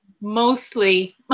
mostly